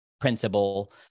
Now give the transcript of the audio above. principle